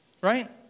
Right